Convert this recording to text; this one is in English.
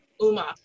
Uma